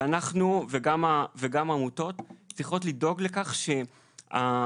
ואנחנו וגם העמותות, צריכים לדאוג לכך שהתרומות